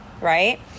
right